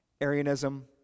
Arianism